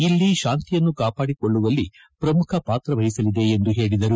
ಇಲ್ಲಿ ತಾಂತಿಯನ್ನು ಕಾಪಾಡಿಕೊಳ್ಳುವಲ್ಲಿ ಶ್ರಮುಖ ಪಾತ್ರ ವಹಿಸಲಿದೆ ಎಂದು ಹೇಳಿದರು